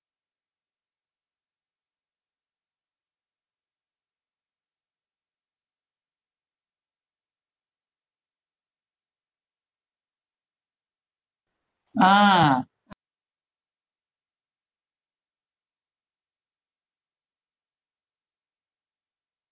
ah